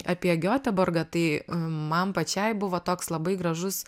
apie gioteburgą tai man pačiai buvo toks labai gražus